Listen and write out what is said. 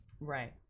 Right